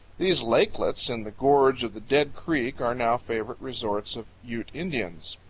these lakelets in the gorge of the dead creek are now favorite resorts of ute indians.